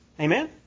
Amen